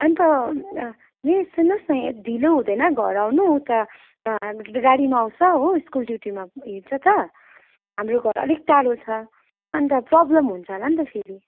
अन्त नि सुन्नुहोस् न यहाँ ढिलो हुँदैन घर आउनु उता हामी त गाडीमा आउँँछ हो स्कुल ड्युटीमा हिँड्छ त हाम्रो घर अलिक टाढो छ अन्त प्रोब्लम हुन्छ होला नि त फेरि